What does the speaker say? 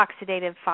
oxidative